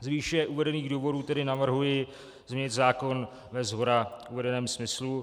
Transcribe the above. Z výše uvedených důvodů tedy navrhuji změnit zákon ve shora uvedeném smyslu.